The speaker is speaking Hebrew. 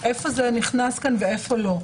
איפה זה נכנס כאן ואיפה לא?